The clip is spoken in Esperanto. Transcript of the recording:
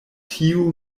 tiu